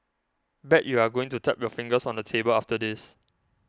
bet you're going to tap your fingers on the table after this